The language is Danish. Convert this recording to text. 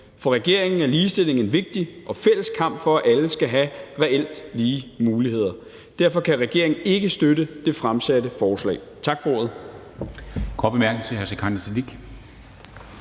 For regeringen er ligestilling en vigtig og fælles kamp for, at alle reelt skal have lige muligheder. Derfor kan regeringen ikke støtte det fremsatte forslag.